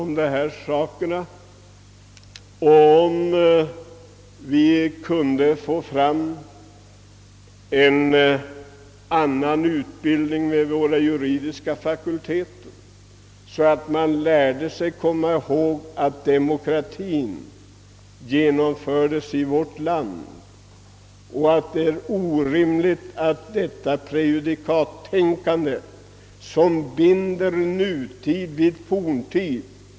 Men om vi kunde få fram en annan utbildning vid våra juridiska fakulteter, så kanske man lärde siginseatt demokratien har genomförts i vårt land. Det är orimligt, detta prejudikatstänkande som binder nutid vid forntid.